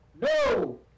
no